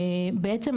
בעצם,